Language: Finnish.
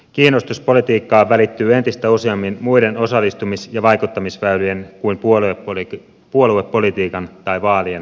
kiinnostus politiikkaan välittyy entistä useammin muiden osallistumis ja vaikuttamisväylien kuin puoluepolitiikan tai vaalien kautta